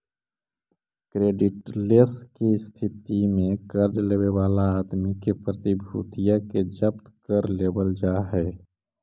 creditless के स्थिति में कर्ज लेवे वाला आदमी के प्रतिभूतिया के जब्त कर लेवल जा हई